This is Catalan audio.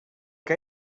que